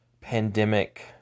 pandemic